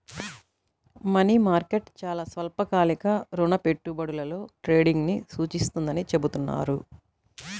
money market చాలా స్వల్పకాలిక రుణ పెట్టుబడులలో ట్రేడింగ్ను సూచిస్తుందని చెబుతున్నారు